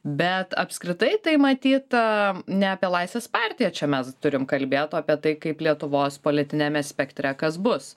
bet apskritai tai matyt ne apie laisvės partiją čia mes turim kalbėt apie tai kaip lietuvos politiniame spektre kas bus